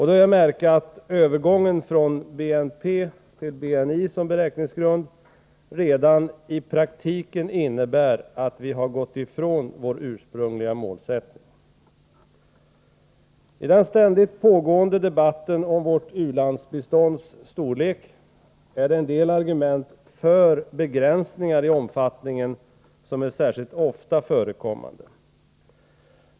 Då är det att märka att övergången från BNP fil BNI som beräkningsgrund redan i praktiken innebär att vi gått ifrån vår utsprungliga målsättning. I den ständigt pågående debatten om u-landsbistånds storlek är det en del argument för begränsningar i omfattningen som är särskilt ofta förekommande.